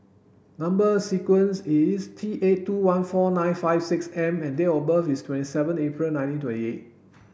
number sequence is T eight two one four nine five six M and date of birth is twenty seven April nineteen twenty eight